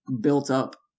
built-up